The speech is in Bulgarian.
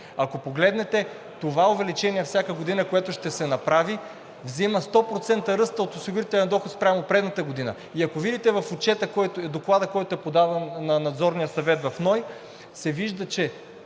Ако погледнете, това увеличение всяка година, което ще се направи, взема 100% ръст от осигурителния доход спрямо предната година. И ако видите в Доклада, който е подаден на Надзорния съвет в НОИ, се вижда, че